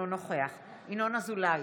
אינו נוכח ינון אזולאי,